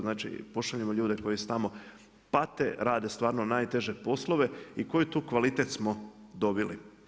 Znači pošaljemo ljude koji se tamo pate, rade stvarno najteže poslove i koji tu kvalitete smo dobili.